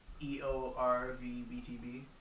e-o-r-v-b-t-b